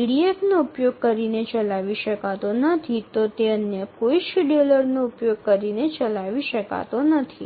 ઇડીએફનો ઉપયોગ કરીને ચલાવી શકાતો નથી તો તે અન્ય કોઇ શેડ્યુલરનો ઉપયોગ કરીને ચલાવી શકાતો નથી